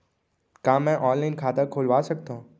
का मैं ऑनलाइन खाता खोलवा सकथव?